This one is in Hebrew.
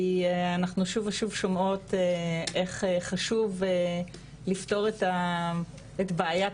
כי אנחנו שוב ושוב שומעות איך חשוב לפתור את בעיית